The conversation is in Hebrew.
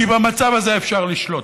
כי במצב הזה אפשר לשלוט.